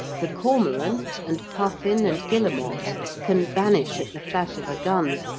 the cormorant and puffin and guillemot can vanish at the flash of a gun,